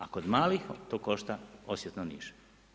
A kod malih to košta osjetno niže.